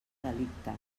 delicte